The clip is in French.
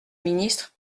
ministre